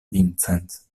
vincent